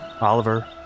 Oliver